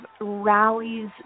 rallies